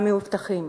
המאובטחים,